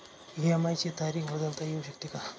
EMI ची तारीख बदलता येऊ शकते का?